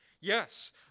Yes